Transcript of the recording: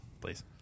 please